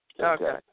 Okay